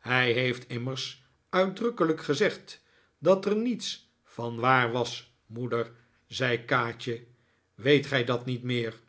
hij heeft immers uitdrukkelijk gezegd dat er niets van waar was moeder zei kaatje weet gij dat niet meer